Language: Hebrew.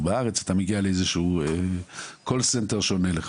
בארץ אתה מגיע ל-call center שעונה לך,